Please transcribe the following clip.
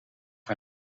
mij